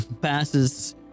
passes